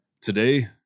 Today